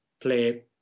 play